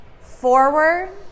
Forward